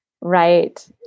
Right